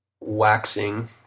waxing